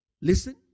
listen